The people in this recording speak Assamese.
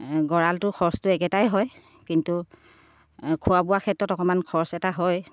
গঁৰালটো খৰচটো একেটাই হয় কিন্তু খোৱা বোৱা ক্ষেত্ৰত অকণমান খৰচ এটা হয়